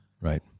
right